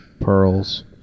pearls